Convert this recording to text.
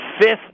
fifth